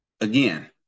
again